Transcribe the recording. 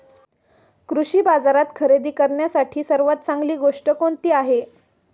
कृषी बाजारात खरेदी करण्यासाठी सर्वात चांगली गोष्ट कोणती आहे?